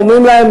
ואומרים להם,